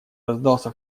раздался